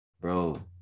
bro